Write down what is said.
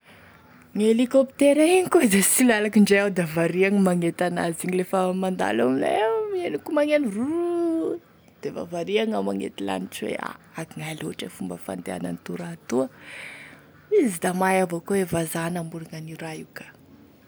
Gne hélicoptère igny koa da sy lalako ndre iaho da variagny mangety an'azy igny lefa mandalo aminay eo henoko magneno roo defa variagny iaho magnety lanitry hoe akognaia loatry e fomba fandehanan'itoa raha toa, izy da mahay avao koa e vazaha namorogny an'io raha io ka.